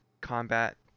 combat